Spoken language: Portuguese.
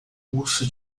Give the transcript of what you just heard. pulso